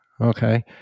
okay